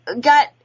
got